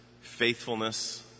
faithfulness